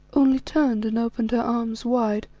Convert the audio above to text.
only turned and opened her arms wide,